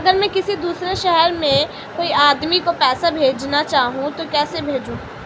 अगर मैं किसी दूसरे शहर में कोई आदमी को पैसे भेजना चाहूँ तो कैसे भेजूँ?